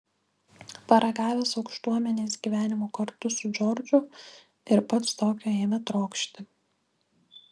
paragavęs aukštuomenės gyvenimo kartu su džordžu ir pats tokio ėmė trokšti